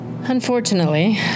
Unfortunately